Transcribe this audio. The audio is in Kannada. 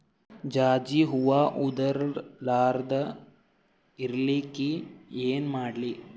ಜಾಜಿ ಹೂವ ಉದರ್ ಲಾರದ ಇರಲಿಕ್ಕಿ ಏನ ಮಾಡ್ಲಿ?